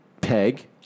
peg